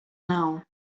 now